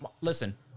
listen